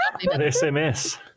SMS